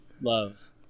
love